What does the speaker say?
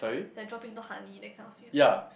like dropping into honey that kind of feel